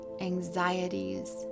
anxieties